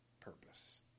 purpose